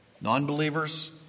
Non-believers